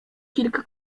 kilka